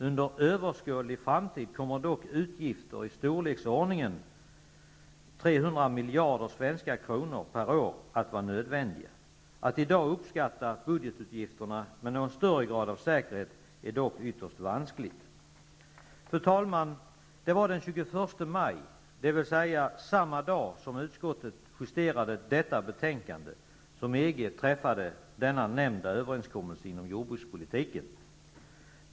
Under överskådlig framtid kommer dock utgifter i storleksordningen 300 miljarder svenska kronor per år att vara nödvändiga. Att i dag uppskatta budgetutgifterna med någon större grad av säkerhet är ytterst vanskligt. Fru talman! Det var den 21 maj, dvs. samma dag som utskottet justerade detta betänkande, som EG träffade den nämnda överenskommelsen inom jordbrukspolitiken.